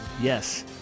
Yes